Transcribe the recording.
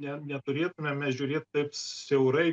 ne neturėtume mes žiūrėt taip siaurai